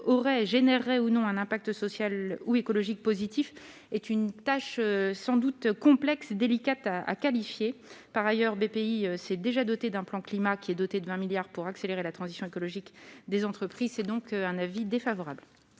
aurait générerait ou non un impact social ou écologique positif est une tâche sans doute complet. Délicate à a qualifié par ailleurs des pays s'est déjà dotée d'un plan climat qui est doté de 20 milliards pour accélérer la transition écologique des entreprises, c'est donc un avis défavorable.